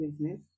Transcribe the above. business